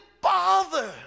bother